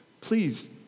please